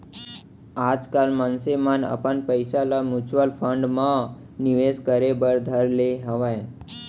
आजकल मनसे मन अपन पइसा ल म्युचुअल फंड म निवेस करे बर धर ले हवय